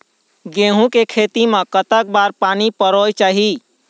गेहूं के खेती मा कतक बार पानी परोए चाही?